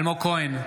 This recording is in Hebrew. אלמוג כהן,